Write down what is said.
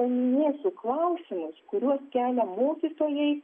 paminėsiu klausimus kuriuos kelia mokytojai